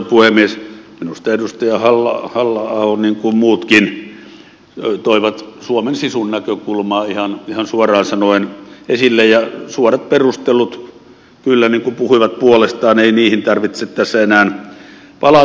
minusta edustaja halla aho niin kuin muutkin ihan suoraan sanoen toivat esille suomen sisun näkökulmaa ja suorat perustelut kyllä puhuivat puolestaan ei niihin tarvitse tässä enää palata